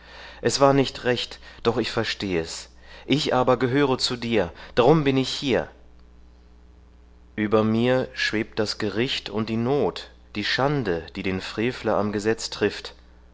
es war nicht recht doch ich versteh es ich aber gehöre zu dir drum bin ich hier über mir schwebt das gericht und die not die schande die den frevler am gesetz trifft